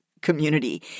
Community